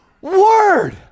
Word